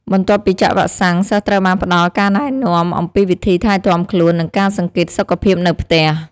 បន្ទាប់ពីចាក់វ៉ាក់សាំង សិស្សត្រូវបានផ្តល់ការណែនាំអំពីវិធីថែទាំខ្លួន និងការសង្កេតសុខភាពនៅផ្ទះ។